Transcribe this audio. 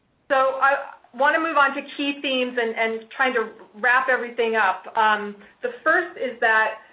so, i want to move on to key themes and and try to wrap everything up. the first is that,